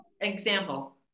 example